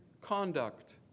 conduct